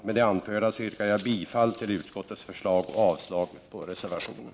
Med det anförda yrkar jag bifall till utskottets förslag och avslag på reservationen.